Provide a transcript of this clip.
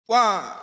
One